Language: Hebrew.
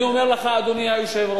אני אומר לך, אדוני היושב-ראש,